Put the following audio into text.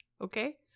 Okay